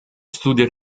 studia